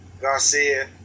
Garcia